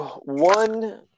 One